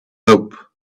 hope